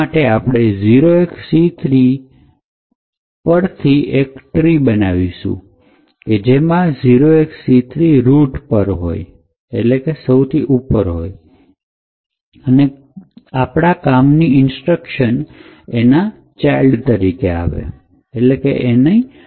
એ માટે આપણે 0XC3 થી એક ટ્રીથ બનાવીશું કે જેમાં 0XC3 રૂટ પર હોય અને કામની ઇન્સ્ટ્રક્શન એ તેના child તરીકે હોય